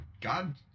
God